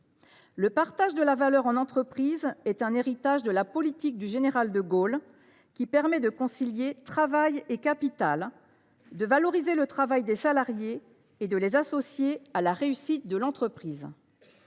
Le partage de la valeur en entreprise est un héritage de la politique du général de Gaulle, qui permet de concilier travail et capital, de valoriser le travail des salariés et de les associer à la réussite de l’entreprise.